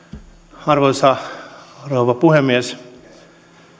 arvoisa rouva puhemies